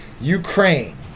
Ukraine